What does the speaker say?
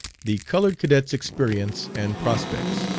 the colored cadet's experience and prospects.